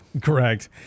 Correct